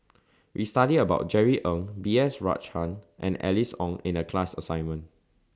We studied about Jerry Ng B S Rajhans and Alice Ong in The class assignment